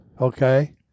Okay